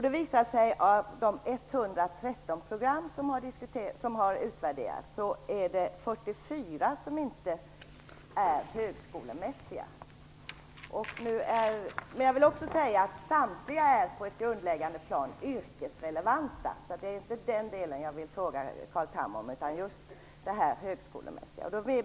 Det visar sig då att 44 av 113 program som har utvärderats inte är högskolemässiga. Jag vill också säga att samtliga är på ett grundläggande plan yrkesrelevanta, så det är inte den delen jag vill fråga Carl Tham om, utan det är just om det högskolemässiga.